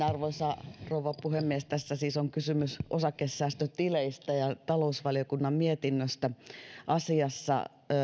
arvoisa rouva puhemies tässä on siis kysymys osakesäästötileistä ja talousvaliokunnan mietinnöstä asiassa